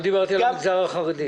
לא דיברתי על המגזר בחרדי.